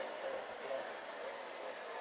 so ya